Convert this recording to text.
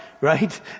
right